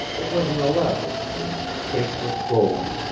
it was an elaborate pen, chased with gold,